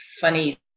funny